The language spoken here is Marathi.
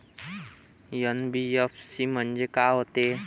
एन.बी.एफ.सी म्हणजे का होते?